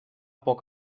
poc